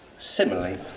Similarly